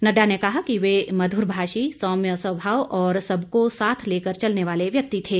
नडडा ने कहा कि वे मध्रभाषी सौम्य स्वभाव और सबको साथ लेकर चलने वाले व्यक्ति थे